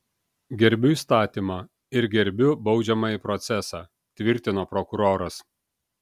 gerbiu įstatymą ir gerbiu baudžiamąjį procesą tvirtino prokuroras